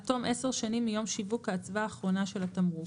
עד תום עשר שנים מיום שיווק האצווה האחרונה של התמרוק.